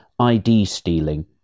ID-stealing